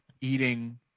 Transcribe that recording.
eating